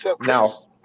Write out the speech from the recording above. Now